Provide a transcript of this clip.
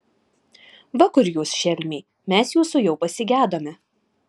va kur jūs šelmiai mes jūsų jau pasigedome